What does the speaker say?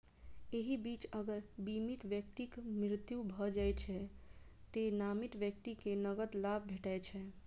एहि बीच अगर बीमित व्यक्तिक मृत्यु भए जाइ छै, तें नामित व्यक्ति कें नकद लाभ भेटै छै